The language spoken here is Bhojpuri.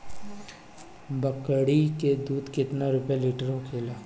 बकड़ी के दूध केतना रुपया लीटर होखेला?